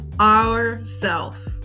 ourself